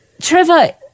Trevor